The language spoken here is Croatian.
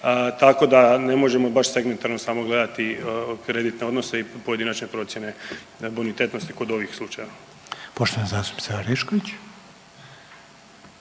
tako da ne možemo baš segmentalno samo gledati kreditne odnose i pojedinačne procjene bonitetnosti kod ovih slučajeva. **Reiner, Željko